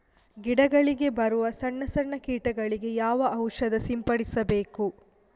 ಗಿಡಗಳಿಗೆ ಬರುವ ಸಣ್ಣ ಸಣ್ಣ ಕೀಟಗಳಿಗೆ ಯಾವ ಔಷಧ ಸಿಂಪಡಿಸಬೇಕು?